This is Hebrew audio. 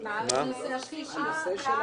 הנושא השלישי?